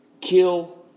kill